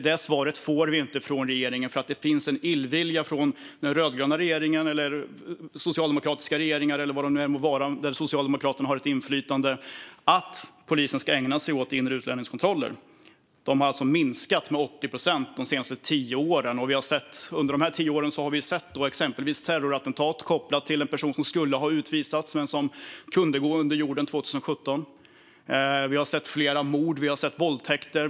Det svaret får vi inte från regeringen, för det finns en illvilja från rödgröna regeringar eller socialdemokratiska regeringar eller vad det än må vara för regeringar där Socialdemokraterna har inflytande mot att polisen ägnar sig åt inre utlänningskontroller, som alltså har minskat med 80 procent de senaste tio åren. Under dessa tio år har vi exempelvis sett ett terrorattentat kopplat till en person som skulle ha utvisats men som kunde gå under jorden 2017. Vi har sett flera mord. Vi har sett våldtäkter.